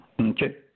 Okay